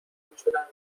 میشدند